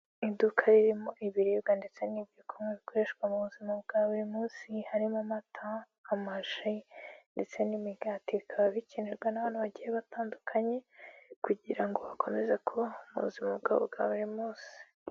Iduka ririmo ibiribwa ndetse n'ibyo kuywa bikoreshwa mu buzima bwa buri munsi, harimo amata, amaji ndetse n'imigati bikaba bikenerwa n'abantu bagiye batandukanye kugira ngo bakomeze kubaho mu buzima bwabo bwa buri munsi.